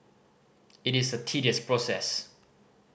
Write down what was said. it is a tedious process